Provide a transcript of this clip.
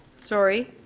sorry.